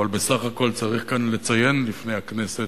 אבל בסך הכול צריך לציין כאן, בפני הכנסת,